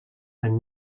and